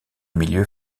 milieux